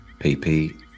PP